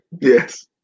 Yes